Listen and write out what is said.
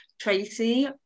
Tracy